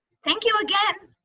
thank you again.